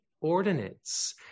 ordinance